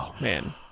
man